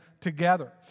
together